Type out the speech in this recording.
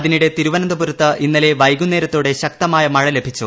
അതിനിടെ തിരുവനന്തപുരത്ത് ഇന്നലെ വൈകുന്ന്രൂത്തോടെ ശക്തമായ മഴ ലഭിച്ചു